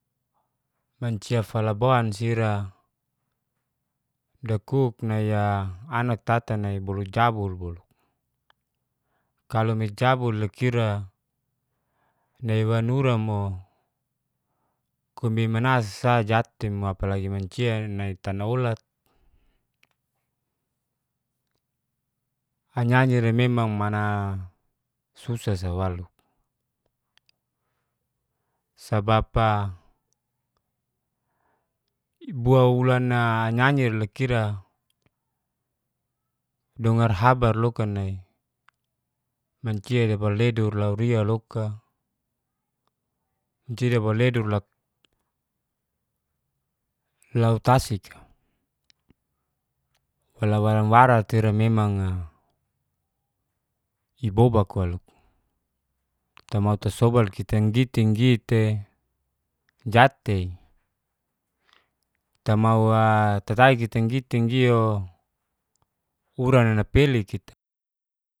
Mancia falabonsi'ra dakuk nai'a anoktata nai bulu jabul boluk. Kalu mikjabul loka ira nai wanura mo kombimanasi sa jat'te mo apalagi mancia nai tanaolat. anyi-anyira memang mana susa sa walo. sabab'a ibuaulan'a anyi-anyira loka ira dongar habar loka nai mancia lebarledor lauria loka, mancia lebarledor lautasik. Wala-walam wara tei ira memang'a ibobak walo. Tamao tasobal kitang gitinggi'te jat'te. tamao'a tata giting-gitinggi'o uranana pele kita.